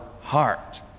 heart